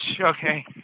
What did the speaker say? okay